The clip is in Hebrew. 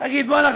תגיד: ואללה,